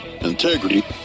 integrity